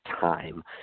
time